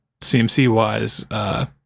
CMC-wise